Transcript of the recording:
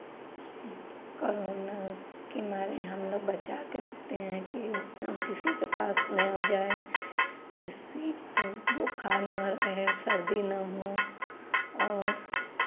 corona के मारे हम लोग बचा के रखते हैं कि हम किसी के पास ना जाएँ किसी को बुखार ना रहे सर्दी ना हो और